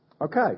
Okay